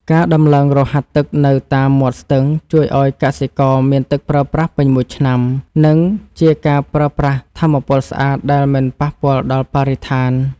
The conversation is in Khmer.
ការដំឡើងរហាត់ទឹកនៅតាមមាត់ស្ទឹងជួយឱ្យកសិករមានទឹកប្រើប្រាស់ពេញមួយឆ្នាំ និងជាការប្រើប្រាស់ថាមពលស្អាតដែលមិនប៉ះពាល់ដល់បរិស្ថាន។